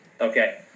okay